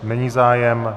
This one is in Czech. Není zájem?